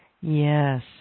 Yes